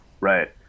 Right